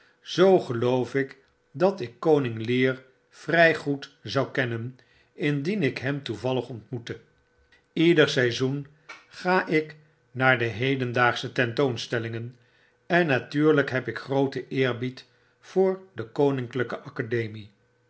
geloof ik dat ik koning lear vrg goed zou kennen indien ik hem toevallig ontmoette ieder seizoen ga ik naar de hedendaagsche tentoonstellingen en natuurlyk hebikgrooten eerbied voor de